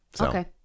Okay